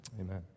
amen